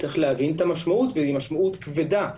צריך להבין את המשמעות והיא משמעות כבדה.